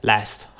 Last